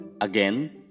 Again